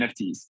NFTs